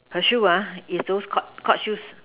her shoes is those court court shoes